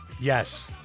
Yes